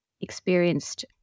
experienced